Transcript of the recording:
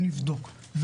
נבדוק,